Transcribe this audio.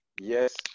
yes